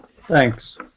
Thanks